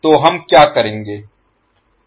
तो हम क्या करेंगे